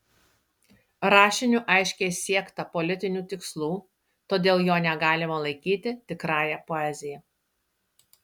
rašiniu aiškiai siekta politinių tikslų todėl jo negalima laikyti tikrąja poezija